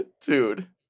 Dude